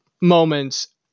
moments